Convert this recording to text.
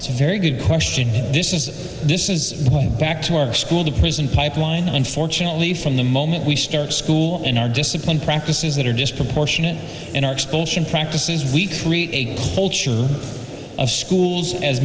it's a very good question this is this is back to our school to prison pipeline unfortunately from the moment we start school in our discipline practices that are disproportionate in our expulsion practices we create a culture of schools as